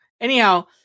Anyhow